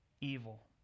evil